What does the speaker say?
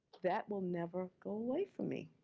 that will never go away for me.